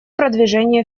продвижения